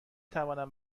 توانم